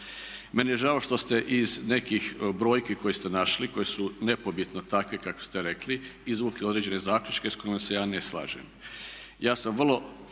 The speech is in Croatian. Meni je žao što ste iz nekih brojki koje ste našli, koje su nepobitno takve kakve ste rekli izvukli određene zaključke s kojima se ja ne slažem. Ja sam vrlo